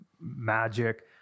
magic